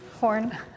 Horn